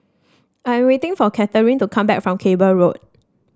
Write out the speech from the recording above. I waiting for Katharyn to come back from Cable Road